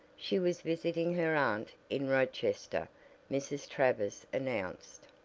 she was visiting her aunt in rochester mrs. travers announced.